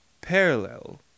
parallel